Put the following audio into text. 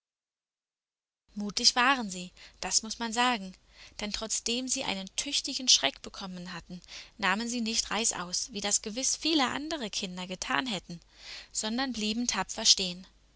mutig waren sie das muß man sagen denn trotzdem sie einen tüchtigen schreck bekommen hatten nahmen sie nicht reißaus wie das gewiß viele andere kinder getan hätten sondern blieben tapfer stehen